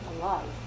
alive